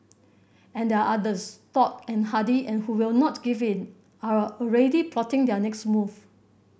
and there are others stoic and hardy and who will not give in are already plotting their next move